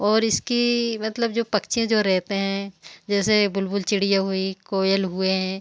और इसकी मतलब जो पक्षियाँ जो रहते हैं जैसे बुलबुल चिड़िया हुई कोयल हुई